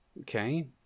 Okay